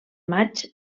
maig